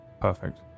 perfect